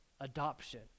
adoption